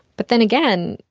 but then again,